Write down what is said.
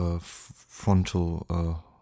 frontal